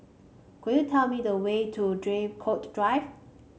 could you tell me the way to Draycott Drive